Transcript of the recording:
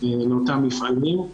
לאותם מפעלים.